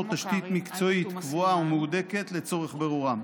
תשתית מקצועית קבועה ומהודקת לצורך בירורם.